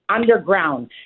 underground